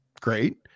great